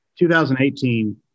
2018